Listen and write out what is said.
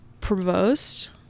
Provost